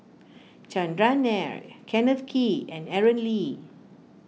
Chandran Nair Kenneth Kee and Aaron Lee